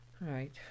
Right